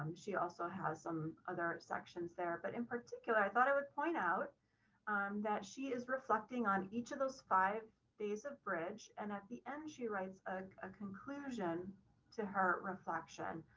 and she also has some other sections there. but in particular, i thought i would point out that she is reflecting on each of those five days of bridge, and at the end, she writes a conclusion to her reflection.